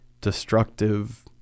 Destructive